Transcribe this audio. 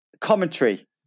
commentary